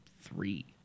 three